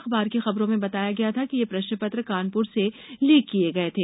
अख़बार की ख़बरों में बताया गया था कि ये प्रश्नपत्र कानपुर से लीक किए गए थे